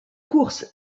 course